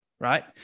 Right